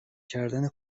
کردن